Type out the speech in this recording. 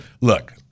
look